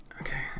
okay